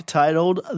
titled